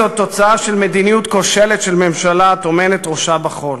זו תוצאה של מדיניות כושלת של ממשלה הטומנת את ראשה בחול.